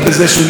בכלל,